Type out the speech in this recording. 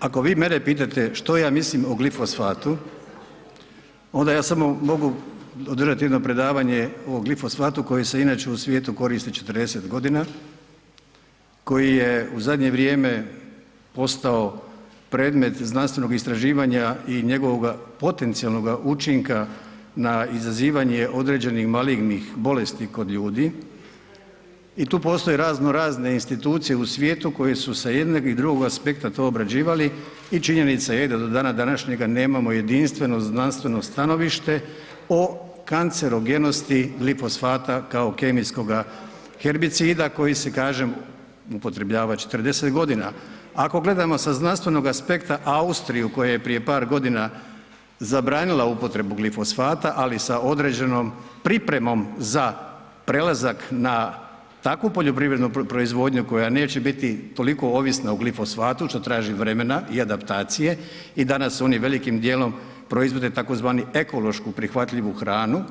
Ako vi mene pitate što ja mislim o glifosatu, onda ja samo mogu održati jedno predavanje o glifosatu koje se inače u svijetu koristi 40.g., koji je u zadnje vrijeme postao predmet znanstvenog istraživanja i njegovoga potencijalnoga učinka na izazivanje određenih malignih bolesti kod ljudi i tu postoje razno razne institucije u svijetu koje su sa jednog i drugog aspekta to obrađivali i činjenica je da do dana današnjega nemamo jedinstveno znanstveno stanovište o kancerogenosti glifosata kao kemijskoga herbicida koji se, kažem upotrebljava 40.g. Ako gledamo sa znanstvenog aspekta Austriju koja je prije par godina zabranila upotrebu glifosata, ali sa određenom pripremom za prelazak na takvu poljoprivrednu proizvodnju koja neće biti toliko ovisna o glifosatu, što traži vremena i adaptacije i danas oni velikim dijelom proizvode tzv. ekološku prihvatljivu hranu,